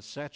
such